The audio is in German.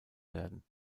werden